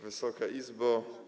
Wysoka Izbo!